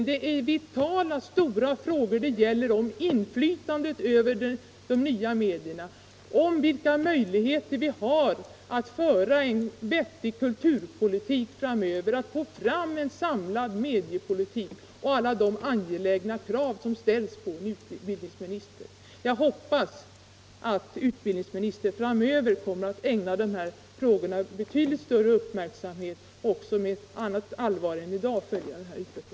Det är vitala frågor det gäller: om tillgång till och inflytande över de nya medierna, om vilka möjligheter vi har att föra en vettig kulturpolitik framöver och att få fram en samlad mediepolitik samt att tillgodose andra angelägna krav som ställs på utbildningsministerns ansvarsområde. Jag hoppas att utbildningsministern i framtiden kommer att ägna de här frågorna betydligt större uppmärksamhet och med ett annat allvar än i dag kommer att följa utvecklingen.